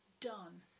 done